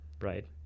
right